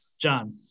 John